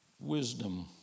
wisdom